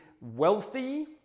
wealthy